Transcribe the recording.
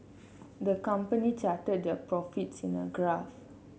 the company charted their profits in a graph